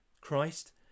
Christ